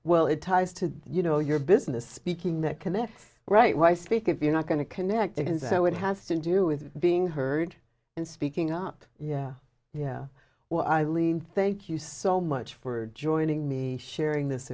well it ties to you know your business speaking that commit right why speak if you're not going to connect again so it has to do with being heard and speaking up yeah yeah well eileen thank you so much for joining me sharing this